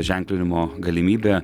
ženklinimo galimybę